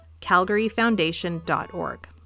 calgaryfoundation.org